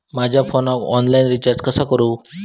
माझ्या फोनाक online recharge कसा करू?